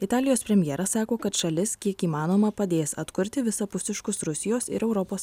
italijos premjeras sako kad šalis kiek įmanoma padės atkurti visapusiškus rusijos ir europos